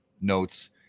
notes